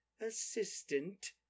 Assistant